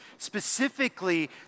specifically